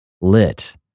lit